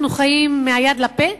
אנחנו חיים מהיד לפה,